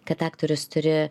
kad aktorius turi